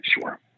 sure